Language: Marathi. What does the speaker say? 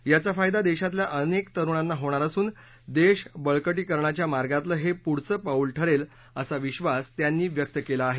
याचा फायदा देशातल्या अनेक तरुणांना होणार असून देश बळक िंकरणाच्या मार्गातलं हे पुढचं पाऊल ठरेल असा विश्वास त्यांनी व्यक्त केला आहे